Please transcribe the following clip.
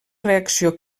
reacció